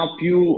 più